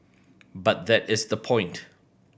but that is the point